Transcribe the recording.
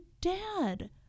dad